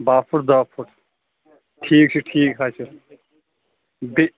باہ فٔٹ داہ فٔٹ ٹھیٖک چھُ ٹھیٖک چھُ حظ چھُ